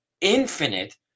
infinite